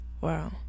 Wow